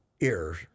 ears